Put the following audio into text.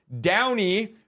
Downey